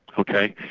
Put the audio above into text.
ok.